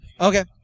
Okay